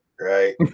right